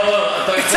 עכשיו אני אומר,